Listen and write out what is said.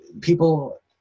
people